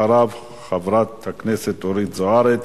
אחריו, חברת הכנסת אורית זוארץ.